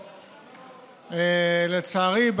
לצערי,